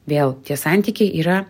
vėl tie santykiai yra